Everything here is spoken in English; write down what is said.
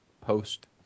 post